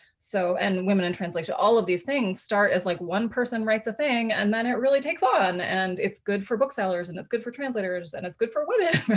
so and women and translation, all of these things start as like one person writes a thing and then it really takes on and it's good for booksellers and it's good for translators and it's good for women.